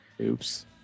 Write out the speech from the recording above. Oops